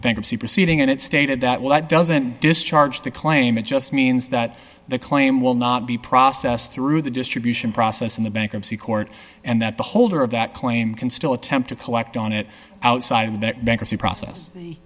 bankruptcy proceeding and it stated that well that doesn't discharge the claim it just means that the claim will not be processed through the distribution process in the bankruptcy court and that the holder of that claim can still attempt to collect on it outside of the bankruptcy process